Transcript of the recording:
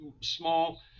small